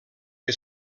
que